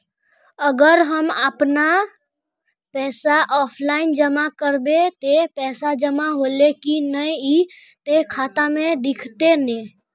अगर हम अपन पैसा ऑफलाइन जमा करबे ते पैसा जमा होले की नय इ ते खाता में दिखते ने?